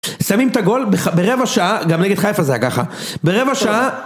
שמים את הגול ברבע שעה, גם נגד חיפה זה היה ככה, ברבע שעה...